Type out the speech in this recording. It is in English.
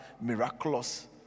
miraculous